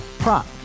Prop